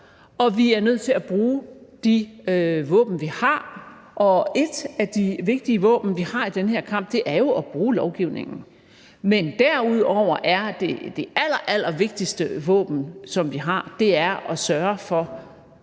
og vi er nødt til at bruge de våben, vi har. Et af de vigtige våben, vi har, i den her kamp er jo at bruge lovgivningen. Men derudover er det allervigtigste våben, vi har, at sørge for